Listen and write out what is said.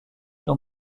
dont